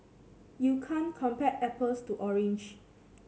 you can't compare apples to orange